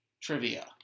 Trivia